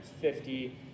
fifty